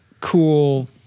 cool